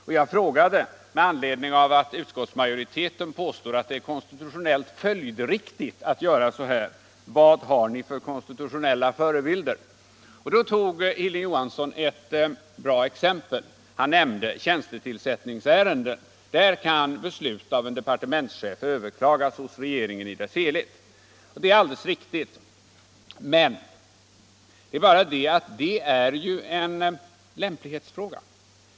Och jag frågade, med anledning av att utskottsmajoriteten påstår att det är konstitutionellt följdriktigt att göra så här: Vad har ni för konstitutionella förebilder? Då tog Hilding Johansson ett bra exempel. Han nämnde tjänstetillsättningsärenden. Där kan beslut av en departementschef överklagas hos regeringen i dess helhet. Det är alldeles riktigt — det är bara det att detta är en lämplighetsfråga.